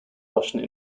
russian